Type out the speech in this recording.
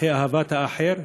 ערכי אהבת האחר,